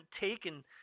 taken